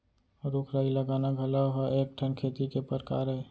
रूख राई लगाना घलौ ह एक ठन खेती के परकार अय